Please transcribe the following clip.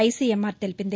ICMR తెలిపింది